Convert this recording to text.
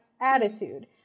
attitude